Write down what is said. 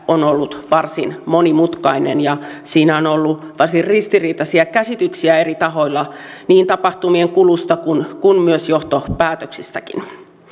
on ollut varsin monimutkainen ja siinä on ollut varsin ristiriitaisia käsityksiä eri tahoilla niin tapahtumien kulusta kuin johtopäätöksistäkin